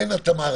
אין התאמה.